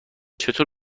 چطور